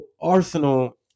Arsenal